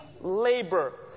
labor